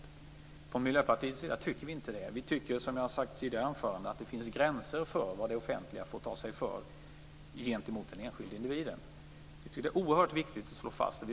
Vi från Miljöpartiet tycker inte det. Vi tycker - som jag har sagt i tidigare anföranden - att det finns gränser för vad det offentliga får ta sig för gentemot den enskilda individen. Det är oerhört viktigt att slå fast.